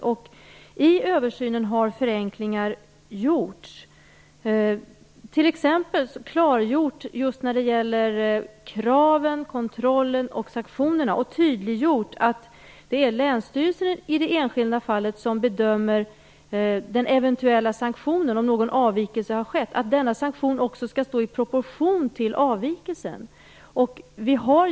I samband med översynen har förenklingar gjorts just när det gäller krav, kontroll och sanktioner. Det har därvid tydliggjorts att det är länsstyrelsen som i det enskilda fallet bedömer eventuell sanktion. Om avvikelse har skett skall sanktionen stå i proportion till avvikelsen.